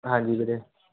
ਹਾਂਜੀ ਵੀਰੇ